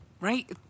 Right